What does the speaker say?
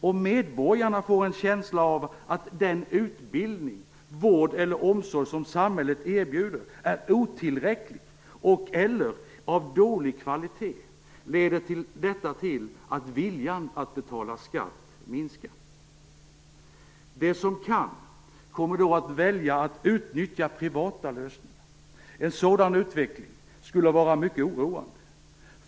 Om medborgarna får en känsla av att den utbildning, vård eller omsorg som samhället erbjuder är otillräcklig eller av dålig kvalitet leder detta till att viljan att betala skatt minskar. De som kan kommer då att välja att utnyttja privata lösningar. En sådan utveckling skulle vara mycket oroande.